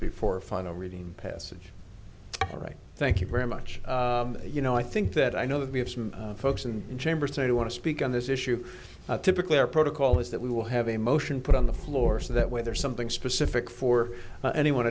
before final reading passage all right thank you very much you know i think that i know that we have some folks in chamber so you want to speak on this issue typically our protocol is that we will have a motion put on the floor so that whether something specific for any one